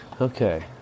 Okay